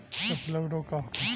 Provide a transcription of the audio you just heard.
पशु प्लग रोग का होखे?